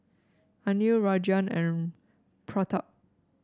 Anil Rajan and Pratap